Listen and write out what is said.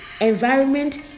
environment